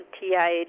TIA